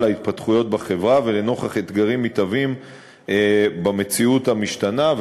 להתפתחויות בחברה ולנוכח אתגרים מתהווים במציאות המשתנה.